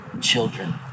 children